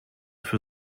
für